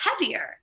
heavier